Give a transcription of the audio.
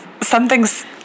something's